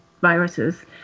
viruses